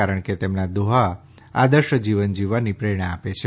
કારણ કે તેમના દોહા આદર્શ જીવન જીવવાની પ્રેરણા આપે છે